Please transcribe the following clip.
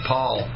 Paul